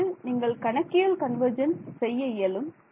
அதாவது நீங்கள் கணக்கியல் கன்வர்ஜென்ஸ் செய்ய இயலும்